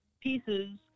pieces